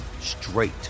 straight